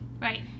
Right